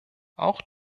auch